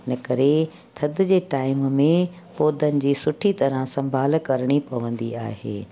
इन करे थदि जे टाइम में पोधनि जी सुठी तरहं सम्भालु करिणी पवंदी आहे